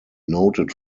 noted